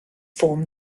form